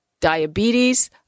diabetes